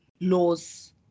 laws